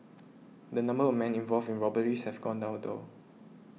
the number of men involved in robberies have gone down though